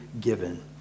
given